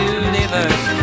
universe